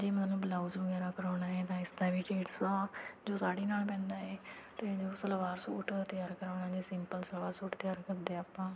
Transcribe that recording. ਜੇ ਮਤਲਬ ਬਲਾਉਜ਼ ਵਗੈਰਾ ਕਰਾਉਣਾ ਹੈ ਤਾਂ ਇਸ ਦਾ ਵੀ ਡੇਡ ਸੌ ਜੋ ਸਾੜੀ ਨਾਲ ਪੈਂਦਾ ਹੈ ਅਤੇ ਜੇ ਸਲਵਾਰ ਸੂਟ ਤਿਆਰ ਕਰਾਉਣਾ ਜੇ ਸਿੰਪਲ ਸਲਵਾਰ ਸੂਟ ਤਿਆਰ ਕਰਦੇ ਆਪਾਂ